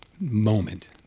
moment